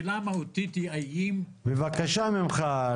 השאלה המהותית היא האם --- בבקשה ממך.